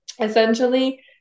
Essentially